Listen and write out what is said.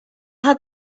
had